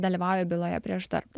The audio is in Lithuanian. dalyvauja byloje prieš darbdavį